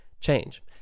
change